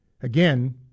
again